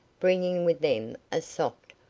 bringing with them a soft,